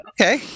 Okay